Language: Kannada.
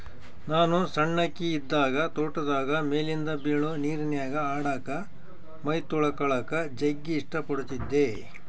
ನಾನು ಸಣ್ಣಕಿ ಇದ್ದಾಗ ತೋಟದಾಗ ಮೇಲಿಂದ ಬೀಳೊ ನೀರಿನ್ಯಾಗ ಆಡಕ, ಮೈತೊಳಕಳಕ ಜಗ್ಗಿ ಇಷ್ಟ ಪಡತ್ತಿದ್ದೆ